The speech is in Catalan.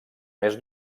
més